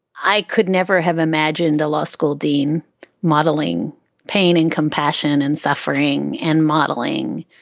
i could never have imagined a law school dean modeling pain and compassion and suffering and modeling,